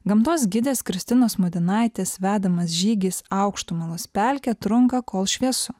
gamtos gidės kristinos mudėnaitės vedamas žygis aukštumalos pelkė trunka kol šviesu